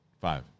Five